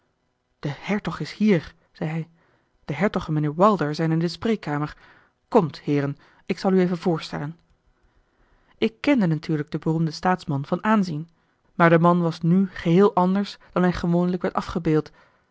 de hertog is hier zei hij de hertog en mijnheer wilder zijn in de spreekkamer komt heeren ik zal u even voorstellen ik kende natuurlijk den beroemden staatsman van aanzien maar de man was nu geheel anders dan hij gewoonlijk werd afgebeeld